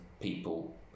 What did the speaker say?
people